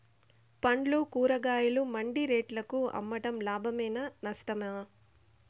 పండ్లు కూరగాయలు మండి రేట్లకు అమ్మడం లాభమేనా నష్టమా?